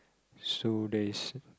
so there is